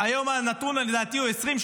הנתון היום לדעתי הוא 20%,